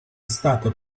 stata